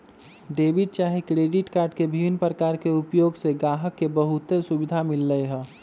debit चाहे credit card के विभिन्न प्रकार के उपयोग से गाहक के बहुते सुभिधा मिललै ह